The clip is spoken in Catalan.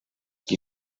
qui